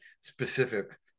specific